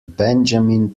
benjamin